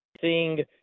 seeing